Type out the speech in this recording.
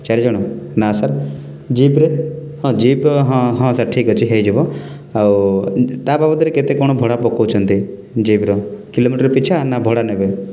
ଚାରି ଜଣ ନା ସାର୍ ଜିପ୍ରେ ହଁ ଜିପ୍ ହଁ ହଁ ସାର୍ ଠିକ୍ ଅଛି ହୋଇଯିବ ଆଉ ତା ବାବଦରେ କେତେ କ'ଣ ଭଡ଼ା ପକାଉଛନ୍ତି ଜିପ୍ର କିଲୋମଟର୍ ପିଛା ନା ଭଡ଼ା ନେବେ